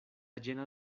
llena